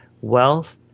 wealth